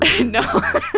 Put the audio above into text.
No